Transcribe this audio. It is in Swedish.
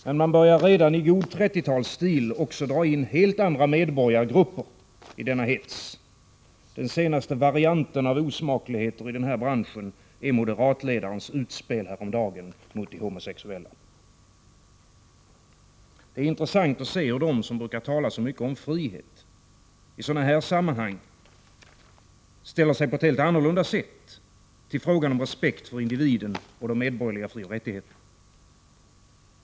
Men redan börjar man i god 30-talsstil också att dra in helt andra medborgargrupper i hetsen. Den senaste varianten av osmakligheter i denna bransch är moderatledarens utspel häromdagen mot homosexuella. Det är intressant att se hur de som brukar tala så mycket om frihet, i sådana här sammanhang ställer sig på ett helt annorlunda sätt till frågan om respekt för individen och de medborgerliga frioch rättigheterna.